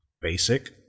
basic